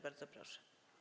Bardzo proszę.